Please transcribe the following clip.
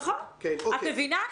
את מבינה,